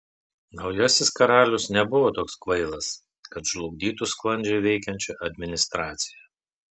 naujasis karalius nebuvo toks kvailas kad žlugdytų sklandžiai veikiančią administraciją